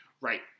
Right